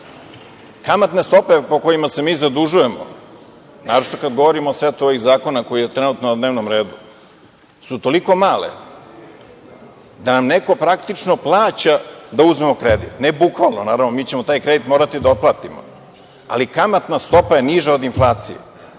kamatne stope po kojima se mi zadužujemo, naročito kada govorimo o setu ovih zakona koji je trenutno na dnevnom redu, su toliko male da nam neko praktično plaća da uzmemo kredit. Ne bukvalno, naravno, mi ćemo taj kredit morati da otplatimo, ali kamatna stopa je niža od inflacije.